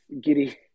Giddy